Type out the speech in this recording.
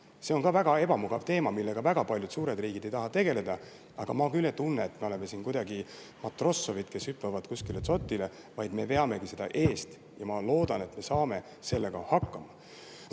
See on väga ebamugav teema, millega väga paljud suured riigid ei taha tegeleda, aga ma küll ei tunne, et me oleme kuidagi Matrossovid, kes hüppavad kuskile dzotile, vaid me veame seda eest ja ma loodan, et me saame sellega hakkama.